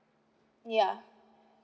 yeah